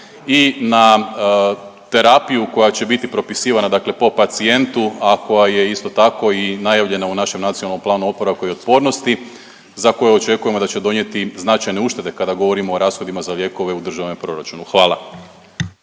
i na terapiju koja će biti propisivana dakle po pacijentu, a koja je isto tako i najavljena u našem NPOO-u za koje očekujemo da će donijeti značajne uštede kada govorimo o rashodima za lijekove u državnom proračunu. Hvala.